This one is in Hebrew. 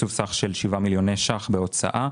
תקצוב סך של 7 מיליוני שקלים בהוצאה.